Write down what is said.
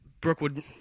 Brookwood